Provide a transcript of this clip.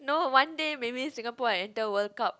no one day maybe Singapore will enter World Cup